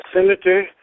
senator